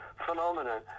phenomenon